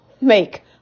make